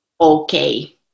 okay